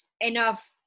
enough